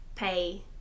pay